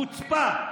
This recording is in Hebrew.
חוצפה.